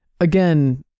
again